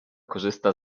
korzysta